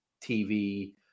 TV